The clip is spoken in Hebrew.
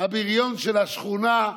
הבריון של השכונה,